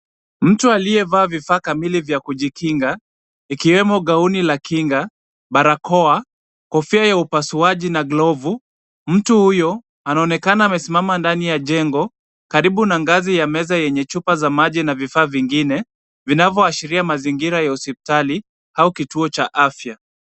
Mtu aliyevaa vifaa kamili vya kujikinga ikiwemo gauni la kinga, barakoa, kofia ya upasuaji na glovu. Mtu huyo anaonekana amesimama ndani ya jengo karibu na ngazi ya meza yenye chupa za maji na vifaa vingine vinavyoashiria mazingira ya hospitali au kituo cha afya.